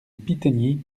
pitegny